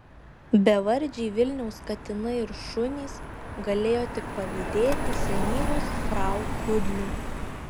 bevardžiai vilniaus katinai ir šunys galėjo tik pavydėti senyvos frau kudliui